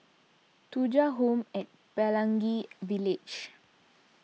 Thuja Home at Pelangi Village